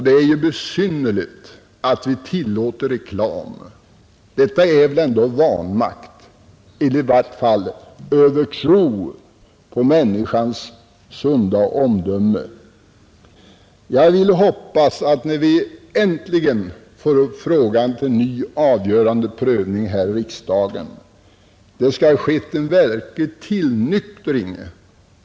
Det är besynnerligt att vi tillåter reklamen — det vittnar väl ändå om vanmakt eller i varje fall övertro på människans sunda omdöme. Jag hoppas att när vi äntligen får upp frågan till ny prövning och avgörande här i riksdagen det skall ha skett en verklig tillnyktring.